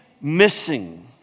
missing